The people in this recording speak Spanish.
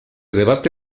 debate